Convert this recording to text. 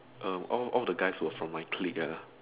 um all all the guys were from my clique ah